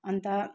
अन्त